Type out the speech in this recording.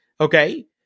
Okay